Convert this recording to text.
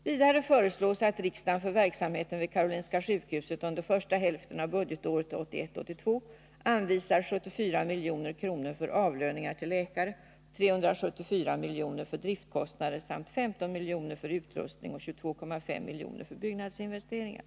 Vidare föreslås att riksdagen för verksamheten vid KS under första hälften av budgetåret 1981/82 anvisar 74 milj.kr. för avlöningar till läkare och 374 milj.kr. för driftkostnader samt 15 milj.kr. för utrustning och 22,5 milj.kr. för byggnadsinvesteringar.